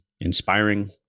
inspiring